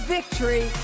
Victory